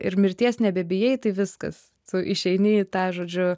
ir mirties nebebijai tai viskas tu išeini į tą žodžiu